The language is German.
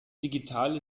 digital